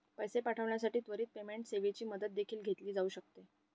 पैसे पाठविण्यासाठी त्वरित पेमेंट सेवेची मदत देखील घेतली जाऊ शकते